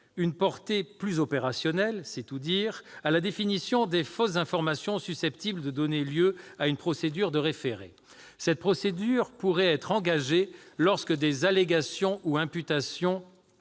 une portée plus opérationnelle »- c'est dire ! -à la définition des fausses informations susceptibles de donner lieu à une procédure de référé. Cette procédure pourrait être engagée lorsque « des allégations ou imputations